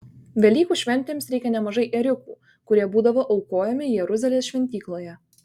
velykų šventėms reikia nemažai ėriukų kurie būdavo aukojami jeruzalės šventykloje